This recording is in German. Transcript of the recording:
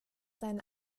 seinen